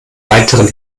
weiteren